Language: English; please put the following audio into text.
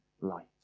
light